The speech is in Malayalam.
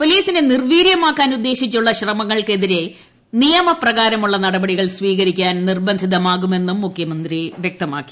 പോലീസിനെ നിർവീര്യമാക്കാനുദ്ദേശിച്ചുള്ള ശ്രമങ്ങൾക്കെതിരെ നിയമപ്രകാരമുള്ള നടപടികൾ സ്വീകരിക്കാൻ നിർബന്ധിതമാകുമെന്നും മുഖ്യമന്ത്രി വൃക്തമാക്കി